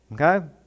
Okay